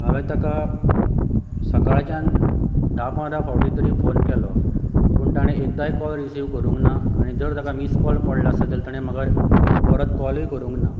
हांवें ताका सकाळच्यान धा पंदरां फावट तरी फोन केलो पूण ताणें एकदांय कॉल रिसिव करूंक ना आनी जर ताका मिस कॉल पडले आसत जाल्यार ताणें म्हाका परत कॉलूय करूंक ना